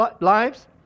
lives